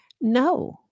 no